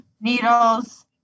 needles